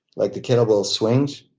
like the kettle bell swings,